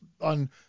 on